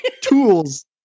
tools